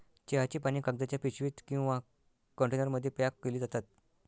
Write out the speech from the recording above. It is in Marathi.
चहाची पाने कागदाच्या पिशवीत किंवा कंटेनरमध्ये पॅक केली जातात